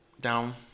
down